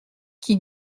qui